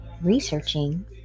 Researching